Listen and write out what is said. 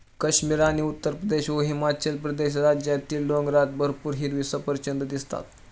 काश्मीर आणि उत्तरप्रदेश व हिमाचल प्रदेश राज्यातील डोंगरात भरपूर हिरवी सफरचंदं दिसतात